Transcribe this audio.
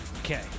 Okay